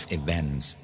events